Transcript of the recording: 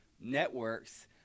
networks